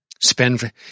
Spend